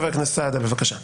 חבר הכנסת סעדה, בבקשה.